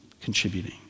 contributing